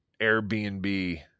Airbnb